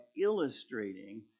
illustrating